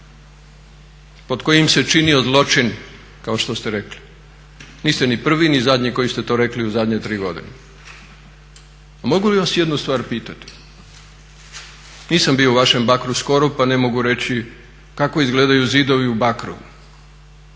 pod kojim se činio zločin kao što ste rekli, niste ni prvi ni zadnji koji ste to rekli u zadnje 3 godine, a mogli li vas jednu stvar pitati, nisam bio u vašem bakru skoru pa ne mogu reći kako izgledaju zidovi u bakru